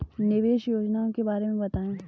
निवेश योजनाओं के बारे में बताएँ?